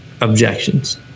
objections